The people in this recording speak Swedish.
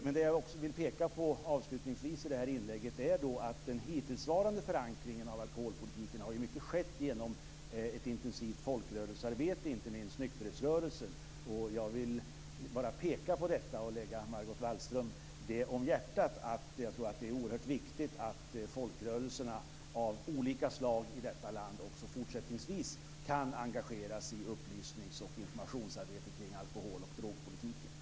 Avslutningsvis vill jag i detta inlägg peka på att den hittillsvarande förankringen för alkoholpolitiken i mycket har skett genom ett intensivt folkrörelsearbete - inte minst genom nykterhetsrörelsen. Jag vill poängtera detta och hoppas att det ligger Margot Wallström varmt om hjärtat. Jag tror att det är oerhört viktigt att folkrörelserna av olika slag i detta land också fortsättningsvis kan engageras i upplysnings och informationsarbetet kring alkohol och drogpolitiken.